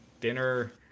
dinner